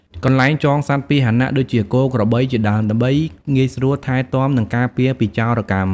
កន្លែងចងសត្វពាហនៈ ដូចជា គោ ក្របី ជាដើម ដើម្បីងាយស្រួលថែទាំ និងការពារពីចោរកម្ម ។